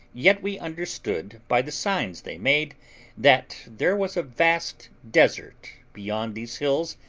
yet we understood by the signs they made that there was a vast desert beyond these hills,